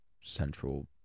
central